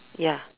ya